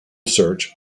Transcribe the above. search